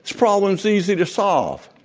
this problem is easy to solve.